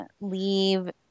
leave